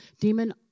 demon